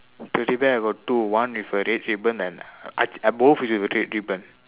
teddy bear I got two one with a red ribbon and uh uh both with a red ribbon